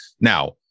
Now